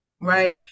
Right